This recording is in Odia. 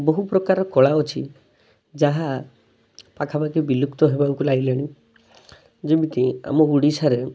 ବହୁ ପ୍ରକାର କଳା ଅଛି ଯାହା ପାଖାପାଖି ବିଲୁପ୍ତ ହେବାକୁ ଲାଗିଲାଣି ଆମ ଓଡ଼ିଶାରେ